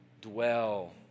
dwell